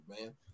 man